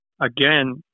again